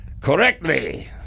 correctly